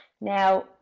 Now